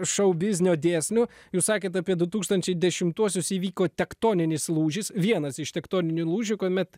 šou biznio dėsnių jūs sakėte apiedu tūkstančiai dešimtuosius įvyko tektoninis lūžis vienas iš tektoninių lūžių kuomet